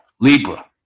Libra